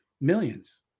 millions